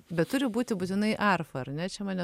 bet turi būti būtinai arfa ar ne čia mane